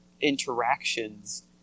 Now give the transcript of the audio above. interactions